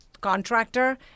contractor